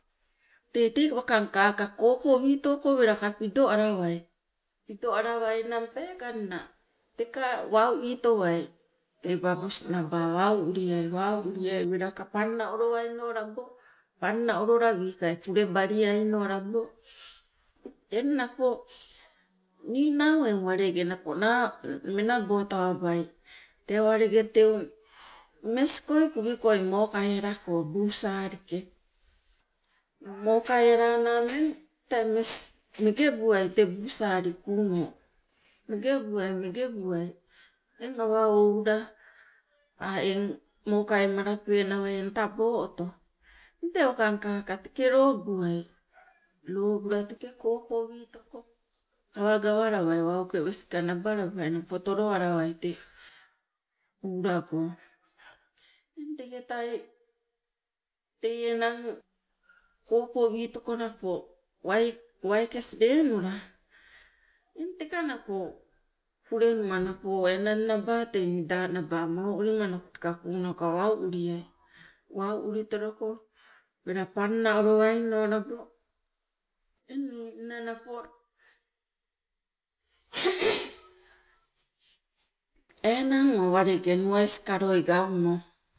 Tee tei wakang kaka kopiwi toko welaka pidoalawai, pidoalawainang peekanna teka wau itowai tei wabus naba wau uliai, wau uliai welaka panna olowaino labo, panna olola wikai pulebaliaino labo. Eng napo nii nau walenge napo na- menabo tawabai tee walenge teu meskoi kuunoke kuvi koi mokai alako buu saalike, mokai alana umeng tee mes megebuai te buu saali kuuno megebuai, megebuai eng awa oula aa eng mokai malapenawa tabo oto, teng tee wakang kaka teke loobuai. Loobula teke kopowi toko awa gawalawai wau ka weske nabalawai napoka tolowalawai te kuulago, eng teketai tei enang kopowi toko napo waikes lenula, eng teka napo pulenuma napo enang naba tei mida naba moo ulima napo teka kuunoka wau uliai, wau ulitoloko wela panna olowaino labo. Eng ninna napo enang o walenge nuwa iskaloi gaumo,